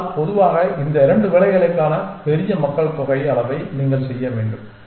ஆனால் பொதுவாக இந்த 2 வேலைகளுக்கான பெரிய மக்கள்தொகை அளவை நீங்கள் தேர்வு செய்ய வேண்டும்